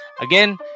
Again